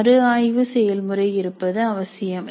மறுஆய்வு செயல்முறை இருப்பது அவசியம்